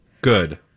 Good